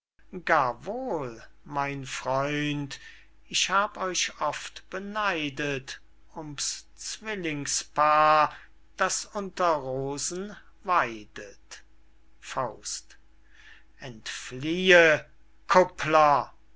gar wohl mein freund ich hab euch oft beneidet um's zwillingspaar das unter rosen weidet entfliehe kuppler